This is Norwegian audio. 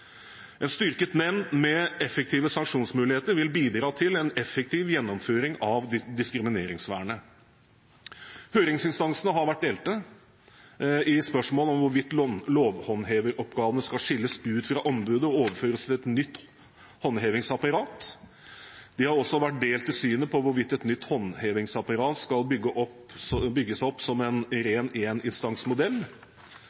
En styrket nemnd med effektive sanksjonsmuligheter vil bidra til en effektiv gjennomføring av diskrimineringsvernet.» Høringsinstansene har vært delt i spørsmålet om hvorvidt lovhåndheveroppgavene skal skilles ut fra ombudet og overføres til et nytt håndhevingsapparat. De har også vært delt i synet på hvorvidt et nytt håndhevingsapparat skal bygges opp som en